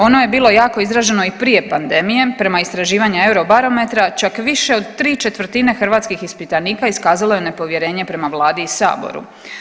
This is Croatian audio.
Ono je bilo jako izraženo i prije pandemije, prema istraživanju eurobarometra čak više od ¾ hrvatskih ispitanika iskazalo je nepovjerenje prema vladi i saboru.